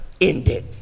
ended